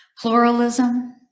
Pluralism